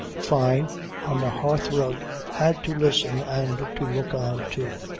fyne on the hearthrug had to listen and to look on too.